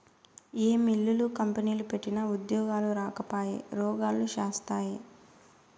ఏ మిల్లులు, కంపెనీలు పెట్టినా ఉద్యోగాలు రాకపాయె, రోగాలు శాస్తాయే